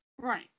Right